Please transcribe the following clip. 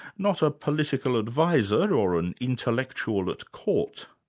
not a political advisor or an intellectual at court.